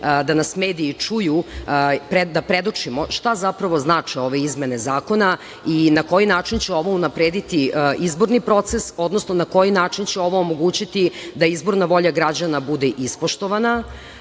da nas mediji čuju, da predočimo šta zapravo znače ove izmene zakona i na koji način će ovo unaprediti izborni proces, odnosno na koji način će ovo omogućiti da izborna volja građana bude ispoštovana,